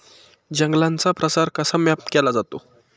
जंगलांचा प्रसार कसा मॅप केला जातो?